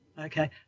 Okay